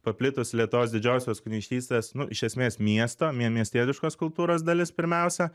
paplitus lietuvos didžiosios kunigaikštystės nu iš esmės miesto miestietiškos kultūros dalis pirmiausia